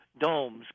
domes